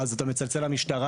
אז אתה מצלצל למשטרה,